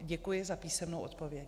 Děkuji za písemnou odpověď.